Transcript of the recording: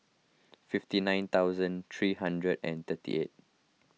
fifty nine thousand three hundred and thirty eight